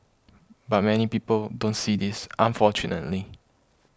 but many people don't see this unfortunately